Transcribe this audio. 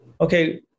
okay